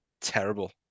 terrible